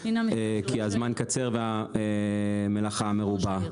כי הזמן קצר והמלאכה מרובה.